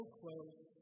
close